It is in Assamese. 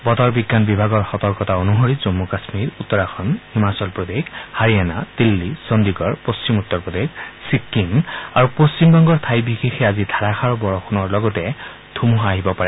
বতৰ বিজ্ঞান বিভাগৰ সতৰ্কতা অনসৰি জম্ম কাশ্মীৰ উত্তৰাখণ্ড হিমাচল প্ৰদেশ হাৰিয়ানা দিল্লী চণ্ডিগড় পশ্চিম উত্তৰ প্ৰদেশ ছিক্কিম আৰু পশ্চিমবংগৰ ঠাই বিশেষে আজি ধাৰাষাৰ বৰষুণৰ লগতে ধুমুহা আহিব পাৰে